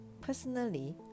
Personally